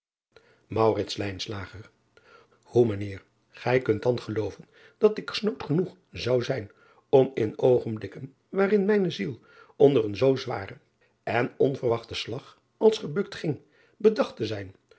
oe mijn eer ij kunt dan gelooven dat ik snood genoeg zou zijn om in oogenblikken waarin mijne ziel onder een zoo zwaren en on verwachten slag als gebukt ging bedacht te zijn